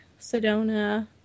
Sedona